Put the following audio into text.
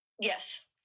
Yes